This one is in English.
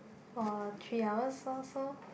for three hours so so